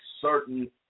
certain